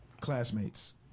Classmates